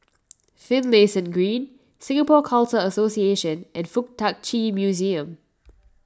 Finlayson Green Singapore Khalsa Association and Fuk Tak Chi Museum